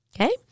Okay